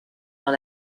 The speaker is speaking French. dans